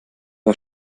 war